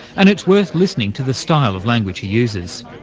and it's worth listening to the style of language he uses.